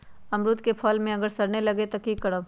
अमरुद क फल म अगर सरने लगे तब की करब?